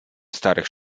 starych